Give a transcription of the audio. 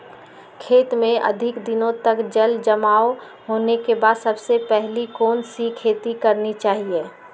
खेत में अधिक दिनों तक जल जमाओ होने के बाद सबसे पहली कौन सी खेती करनी चाहिए?